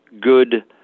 good